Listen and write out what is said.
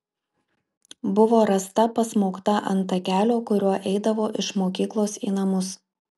buvo rasta pasmaugta ant takelio kuriuo eidavo iš mokyklos į namus